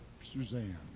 Suzanne